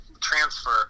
transfer